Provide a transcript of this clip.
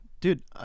Dude